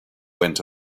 went